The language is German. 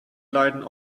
leiden